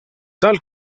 tal